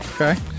Okay